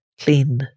clean